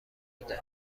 بده